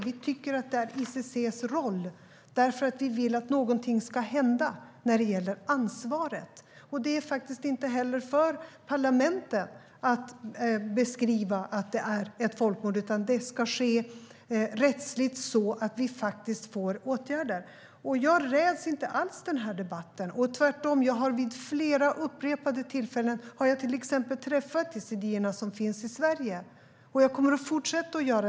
Vi tycker att det är ICC:s roll. Vi vill att något ska hända när det gäller ansvaret. Det är heller inte upp till parlamentet att beskriva att det är ett folkmord, utan det ska ske rättsligt så att vi får åtgärder. Jag räds inte alls denna debatt. Tvärtom har jag vid upprepade tillfällen träffat till exempel de yazidier som finns i Sverige, och jag kommer att fortsätta att göra det.